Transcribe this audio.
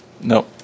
Nope